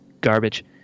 garbage